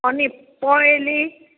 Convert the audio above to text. अनि पँहेली